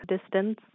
distance